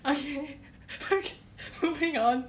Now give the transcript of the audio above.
okay okay okay that one